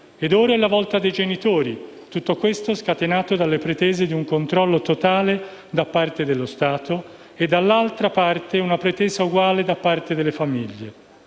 ed ora è la volta dei genitori, tutto questo scatenato dalle pretese di un controllo totale da parte dello Stato e, dall'altro lato, una pretesa uguale da parte delle famiglie.